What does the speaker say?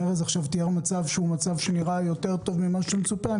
ארז תיאר עכשיו מצב, שנראה יותר טוב ממה שמצופה.